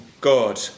God